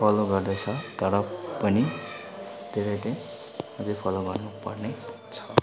follow गर्दैछ तर पनि धेरैले अझै फलो गर्नुपर्ने छ